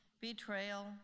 betrayal